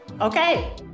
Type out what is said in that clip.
Okay